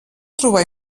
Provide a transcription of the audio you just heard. trobar